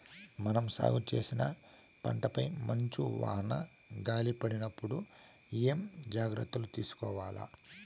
మనం సాగు చేసిన పంటపై మంచు, వాన, గాలి పడినప్పుడు ఏమేం జాగ్రత్తలు తీసుకోవల్ల?